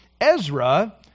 Ezra